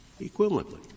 equivalently